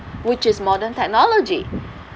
which is modern technology